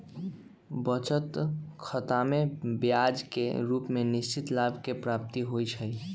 बचत खतामें ब्याज के रूप में निश्चित लाभ के प्राप्ति होइ छइ